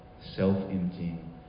self-emptying